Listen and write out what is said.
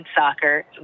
soccer